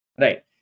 right